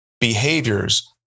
behaviors